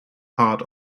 part